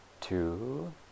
two